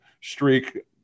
streak